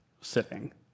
sitting